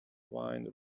wine